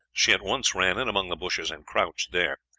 she at once ran in among the bushes and crouched there,